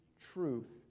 truth